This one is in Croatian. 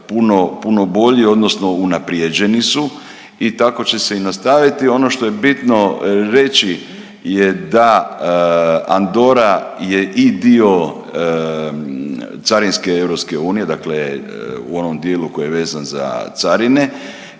puno bolje odnosno unaprijeđeni su i tako će se i nastaviti. Ono što je bitno reći je da Andora je i dio carinske EU dakle u onom dijelu koji je vezan za carine,